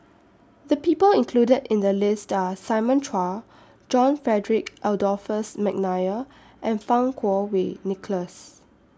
The People included in The list Are Simon Chua John Frederick Adolphus Mcnair and Fang Kuo Wei Nicholas